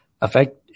affect